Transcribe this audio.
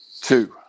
Two